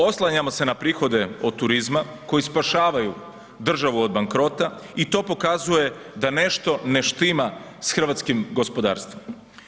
Oslanjamo se na prihode od turizma koji spašavaju državu od bankrota i to pokazuje da nešto ne štima s hrvatskim gospodarstvom.